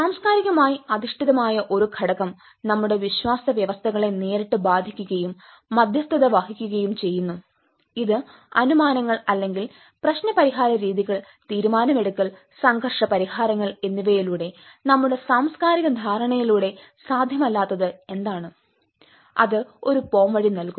സാംസ്കാരികമായി അധിഷ്ഠിതമായ ഒരു ഘടകം നമ്മുടെ വിശ്വാസ വ്യവസ്ഥകളെ നേരിട്ട് ബാധിക്കുകയും മധ്യസ്ഥത വഹിക്കുകയും ചെയ്യുന്നു ഇത് അനുമാനങ്ങൾ അല്ലെങ്കിൽ പ്രശ്നപരിഹാര രീതികൾ തീരുമാനമെടുക്കൽ സംഘർഷ പരിഹാരങ്ങൾ എന്നിവയിലൂടെ നമ്മുടെ സാംസ്കാരിക ധാരണയിലൂടെ സാധ്യമല്ലാത്തത് എന്താണ് അത് ഒരു പോംവഴി നൽകുന്നു